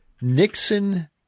Nixon